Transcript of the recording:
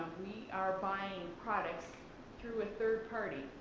we are buying products through a third party,